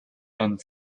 and